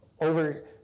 over